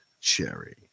cherry